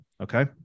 Okay